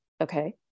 Okay